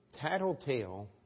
tattletale